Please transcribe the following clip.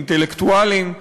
אינטלקטואלים.